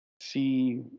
see